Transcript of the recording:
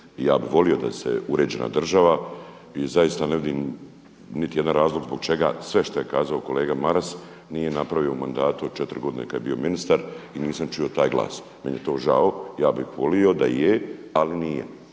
ja bih volio da se uređena država i zaista ne vidim niti jedan razlog zbog čega, sve što je kazao kolega Maras nije napravio u mandatu od 4 godine kada je bio ministar i nisam čuo taj glas. Meni je to žao, ja bih volio da je, ali nije.